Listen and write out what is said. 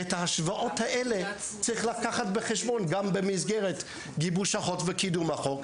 ואת ההשוואות האלה צריך לקחת בחשבון גם במסגרת גיבוש החוק וקידום החוק,